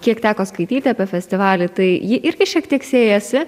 kiek teko skaityti apie festivalį tai ji irgi šiek tiek siejasi